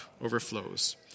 overflows